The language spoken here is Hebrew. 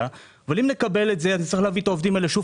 ואז נצטרך להביא את העובדים האלה שוב